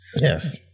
yes